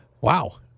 Wow